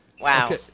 Wow